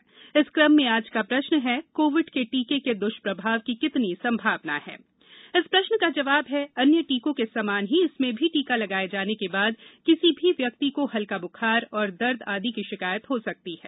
सवाल इस कम में आज का प्रश्न है कोविड के टीके के दुष्प्रभाव की कितनी संभावना है जवाब अन्य टीकों के समान ही इसमें भी टीका लगाए जाने के बाद किसी भी व्यक्ति को हल्का बुखार और दर्द आदि की शिकायत हो सकती है